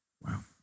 Wow